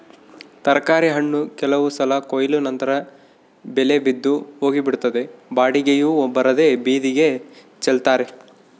ತರಕಾರಿ ಹಣ್ಣು ಕೆಲವು ಸಲ ಕೊಯ್ಲು ನಂತರ ಬೆಲೆ ಬಿದ್ದು ಹೋಗಿಬಿಡುತ್ತದೆ ಬಾಡಿಗೆಯೂ ಬರದೇ ಬೀದಿಗೆ ಚೆಲ್ತಾರೆ